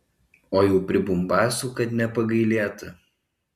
o jau pribumbasų kad nepagailėta